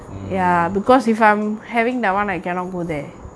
mm